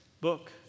book